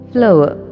Flower